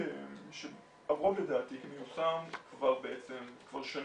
שהרוב לדעתי מיושם כבר בעצם שנים.